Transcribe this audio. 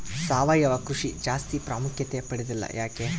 ಸಾವಯವ ಕೃಷಿ ಜಾಸ್ತಿ ಪ್ರಾಮುಖ್ಯತೆ ಪಡೆದಿಲ್ಲ ಯಾಕೆ?